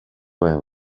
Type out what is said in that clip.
went